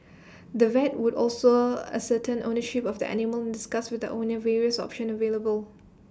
the vet would also ascertain ownership of the animal discuss with the owner various options available